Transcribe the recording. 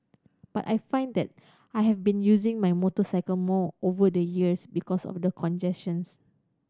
but I find that I have been using my motorcycle more over the years because of the congestions